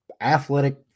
athletic